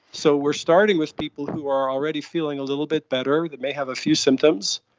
so we are starting with people who are already feeling a little bit better, they may have a few symptoms,